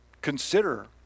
Consider